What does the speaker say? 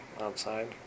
outside